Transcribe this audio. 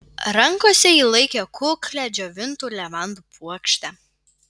rankose ji laikė kuklią džiovintų levandų puokštę